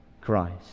Christ